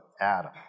Adam